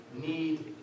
need